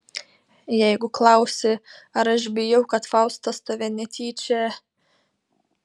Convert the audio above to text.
jeigu klausi ar aš bijau kad faustas tave netyčia